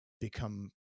become